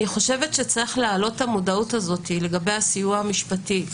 אני חושבת שצריך להעלות את המודעות לגבי הסיוע המשפטי.